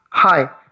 Hi